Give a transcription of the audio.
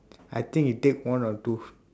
I think he take one or two